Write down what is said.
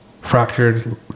fractured